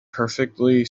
perfectly